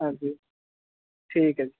ਹਾਂਜੀ ਠੀਕ ਹੈ ਜੀ